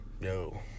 No